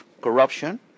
corruption